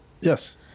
Yes